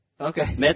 Okay